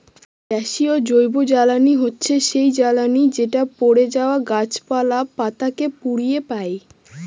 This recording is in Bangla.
গ্যাসীয় জৈবজ্বালানী হচ্ছে সেই জ্বালানি যেটা পড়ে যাওয়া গাছপালা, পাতা কে পুড়িয়ে পাই